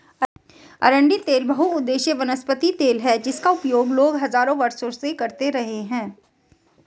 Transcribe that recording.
अरंडी तेल बहुउद्देशीय वनस्पति तेल है जिसका उपयोग लोग हजारों वर्षों से करते रहे हैं